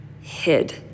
hid